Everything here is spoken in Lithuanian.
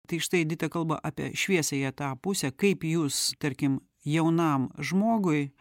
tai štai edita kalba apie šviesiąją tą pusę kaip jūs tarkim jaunam žmogui